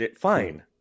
Fine